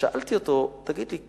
שאלתי אותו: תגיד לי,